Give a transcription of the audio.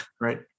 Right